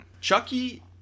Chucky